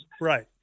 Right